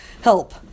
help